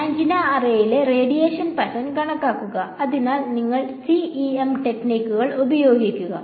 antenna അറേയിലെ radiation pattern കണക്കാക്കുക അതിനാൽ നിങ്ങൾ CEM ടെക്നിക്കുകൾ ഉപയോഗിക്കും